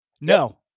No